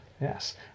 Yes